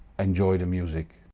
enjoy the music.